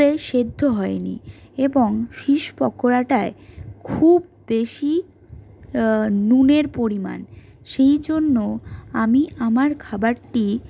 সেদ্ধ হয়নি এবং ফিশ পকোড়াটায় খুব বেশী নুনের পরিমাণ সেই জন্য আমি আমার খাবারটি